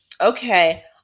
Okay